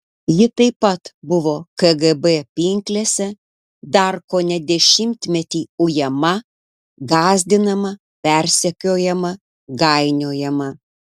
ji taip pat buvo kgb pinklėse dar kone dešimtmetį ujama gąsdinama persekiojama gainiojama